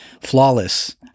flawless